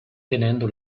tenendo